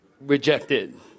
rejected